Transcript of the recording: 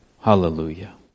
Hallelujah